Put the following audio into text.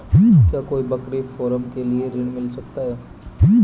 क्या कोई बकरी फार्म के लिए ऋण मिल सकता है?